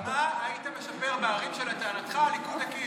מה היית משפר בערים שלטענתך הליכוד הקים?